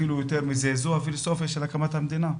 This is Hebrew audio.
אפילו יותר מזה, זו הפילוסופיה של הקמת המדינה,